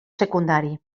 secundari